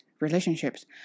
relationships